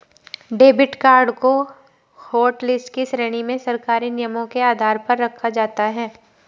debit card को hotlist की श्रेणी में सरकारी नियमों के आधार पर रखा जाता है